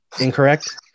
incorrect